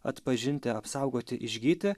atpažinti apsaugoti išgyti